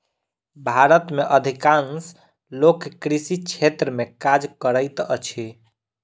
भारत में अधिकांश लोक कृषि क्षेत्र में काज करैत अछि